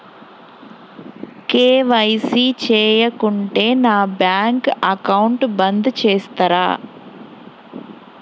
KYC చేయకుంటే నా bank account బంద్ చేస్తరా?